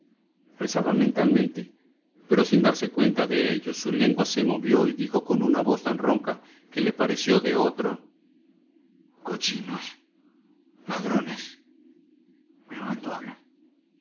rezaba mentalmente pero sin darse cuenta de ello su lengua se movió y dijo con una voz tan ronca que le pareció de otro cochinos ladrones me abandonan